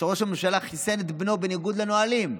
שראש הממשלה חיסן את בנו בניגוד לנהלים.